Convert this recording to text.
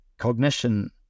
cognition